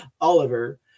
Oliver